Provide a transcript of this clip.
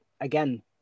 again